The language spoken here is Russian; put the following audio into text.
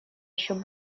еще